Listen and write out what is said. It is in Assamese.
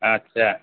আচ্ছা